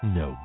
no